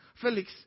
Felix